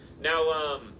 Now